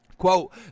quote